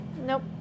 Nope